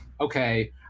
okay